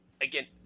again